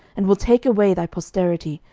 and will take away thy posterity,